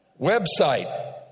Website